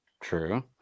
True